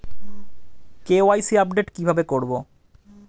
KYC update কি ভাবে করবো?